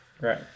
Right